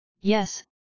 Yes